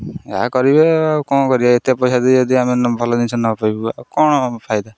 ଯାହା କରିବେ ଆଉ କ'ଣ କରିବା ଏତେ ପଇସା ଦେଇ ଯଦି ଆମେ ଭଲ ଜିନିଷ ନପାଇବୁ ଆଉ କ'ଣ ଫାଇଦା